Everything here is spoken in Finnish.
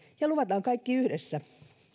ja luvataan kaikki yhdessä